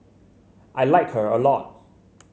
I like her a lot